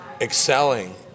excelling